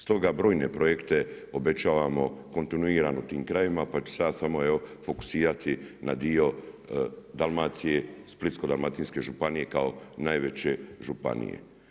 Stoga brojne projekte obećavamo kontinuirano tim krajevima pa ću se ja samo fokusirati na dio Dalmacije, Splitsko-dalmatinske županije kao najveće županije.